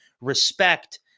respect